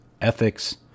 ethics